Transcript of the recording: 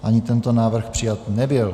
Ani tento návrh přijat nebyl.